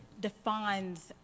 defines